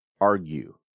argue